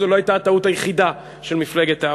זו לא הייתה הטעות היחידה של מפלגת העבודה.